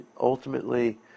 ultimately